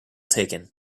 taken